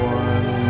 one